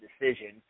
decision